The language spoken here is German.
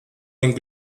den